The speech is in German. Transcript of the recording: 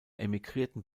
emigrierten